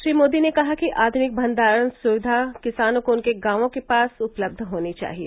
श्री मोदी ने कहा कि आधुनिक भंडारण सुविधाएं किसानों को उनके गांवों के पास उपलब्ध होनी चाहिए